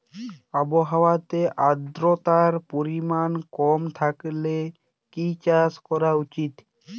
আবহাওয়াতে আদ্রতার পরিমাণ কম থাকলে কি চাষ করা উচিৎ?